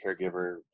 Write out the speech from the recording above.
caregiver